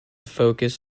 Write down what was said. focus